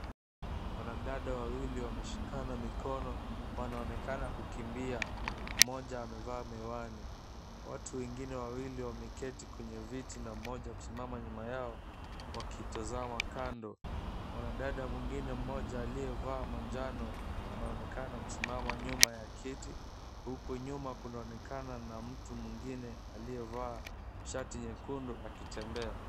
Wanadada wawili wameshikana mikono wanaonekana kukimbia, mmoja amevaa miwani, watu wengine wawili wameketi kwenye viti na mmoja kusimama nyuma yao wakitazama kando. Mwanadada mwingine mmoja aliyevaa manjano anaonekana kusimama nyuma ya kiti huku nyuma kunaonekana na mtu mwingine aliyevaa shati nyekundu akitembea.